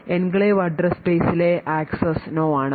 enclave address സ്പേസിലെ access no ആണ്